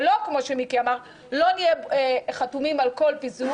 ולא כמו שמיקי אמר, לא נהיה חתומים על הפיזור,